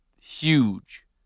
huge